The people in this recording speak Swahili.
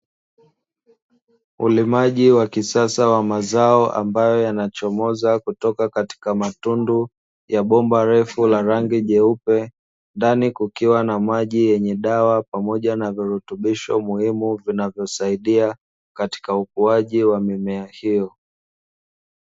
Ulimaji wa kisasa wa mazao ambayo yanachomoza kutoka kwenye matundu ya bomba refu la rangi jeupe, ndani kukiwa na maji yenye dawa pamoja na virutubisho muhimu, vinavyosaidia katika ukuaji wa mimea hiyo.